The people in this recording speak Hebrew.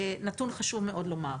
נתון חשוב מאוד לומר,